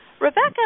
Rebecca